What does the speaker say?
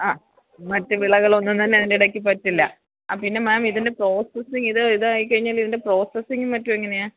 ആ മറ്റ് വിളകളൊന്നും തന്നെ അതിൻ്റെടെയ്ക്ക് പറ്റില്ല അ പിന്നെ മേം ഇതിൻ്റെ പ്രോസസ്സ് ഇത് ഇതായിക്കഴിഞ്ഞാൽ ഇതിൻ്റെ പ്രോസ്സെസ്സിങ്ങും മറ്റു എങ്ങനെയാ